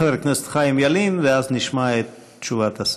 חבר הכנסת חיים ילין, ואז נשמע את תשובת השר.